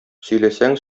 сөйләсәң